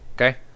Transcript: okay